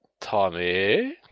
Tommy